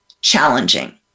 challenging